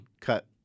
cut